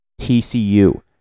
TCU